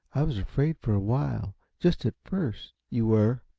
i was afraid for a while, just at first you were?